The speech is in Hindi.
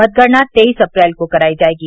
मतगणना तेईस अप्रैल को कराई जायेगी